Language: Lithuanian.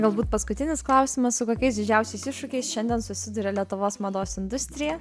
galbūt paskutinis klausimas su kokiais didžiausiais iššūkiais šiandien susiduria lietuvos mados industrija